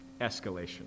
escalation